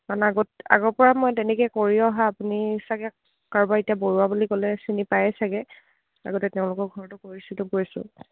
মানে আগত আগৰপৰা মই তেনেকৈয়ে কৰি অহা আপুনি চাগে কাৰোবাৰ এতিয়া বৰুৱা বুলি ক'লে চিনি পায়ে চাগে আগতে তেওঁলোকৰ ঘৰতো কৰিছিলোঁ গৈছোঁ